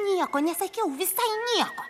nieko nesakiau visai nieko